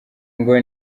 ngo